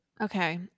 Okay